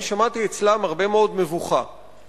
שמעתי אצלם הרבה מאוד מבוכה,